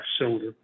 shoulder